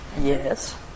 Yes